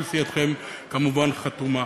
כל סיעתכם, כמובן, חתומה.